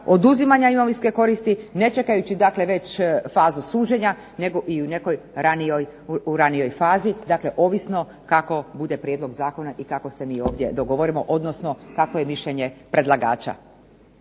oduzimanja imovinske koristi ne čekajući dakle već fazu suđenja nego i u nekoj ranijoj fazi. Dakle, ovisno kako bude prijedlog zakona i kako se mi ovdje dogovorimo, odnosno kakvo je mišljenje predlagača.